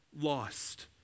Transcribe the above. lost